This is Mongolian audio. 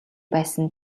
байсан